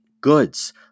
goods